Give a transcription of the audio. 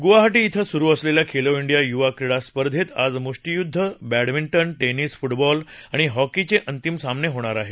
गुवाहाटी इथं सुरू असलेल्या खेलो इंडिया युवा क्रीडा स्पर्धेत आज मुष्टीयुद्ध बॅडमिंटन टेनिस फुटबॉल आणि हॉकीचे अंतिम सामने होणार आहेत